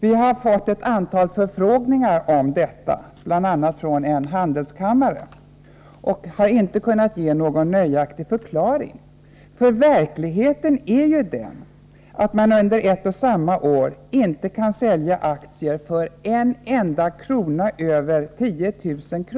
Vi har fått ett antal förfrågningar om detta, bl.a. från en handelskammare, men inte kunnat ge någon nöjaktig förklaring. Verkligheten är ju den att man under ett och samma år inte kan sälja aktier för en enda krona över 10 000 kr.